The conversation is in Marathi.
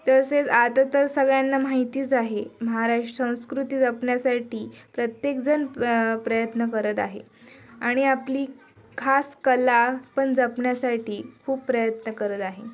तसेच आतातर सगळ्यांना माहितीच आहे महाराष्ट्र संस्कृती जपण्यासाठी प्रत्येकजण प्रयत्न करत आहे आणि आपली खास कला पण जपण्यासाठी खूप प्रयत्न करत आहे